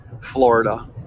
Florida